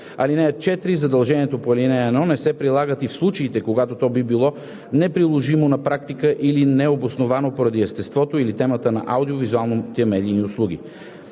България. (4) Задължението по ал. 1 не се прилага и в случаите, когато то би било неприложимо на практика или необосновано поради естеството или темата на аудио-визуалните медийни услуги.